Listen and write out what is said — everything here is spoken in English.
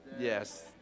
Yes